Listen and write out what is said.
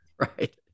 Right